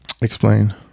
explain